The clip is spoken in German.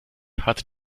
hatte